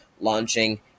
launching